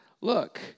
look